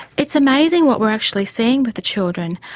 it's amazing what we're actually seeing with the children.